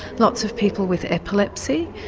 lots of people with epilepsy,